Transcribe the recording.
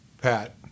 Pat